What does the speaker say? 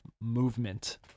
movement